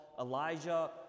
Elijah